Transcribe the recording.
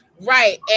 right